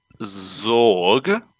Zorg